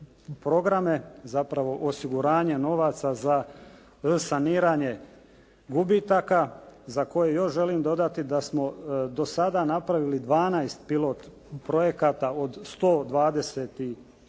programe zapravo osiguranje novaca za saniranje gubitaka za koje još želim dodati da smo do sada napravili 12 pilot projekata od 127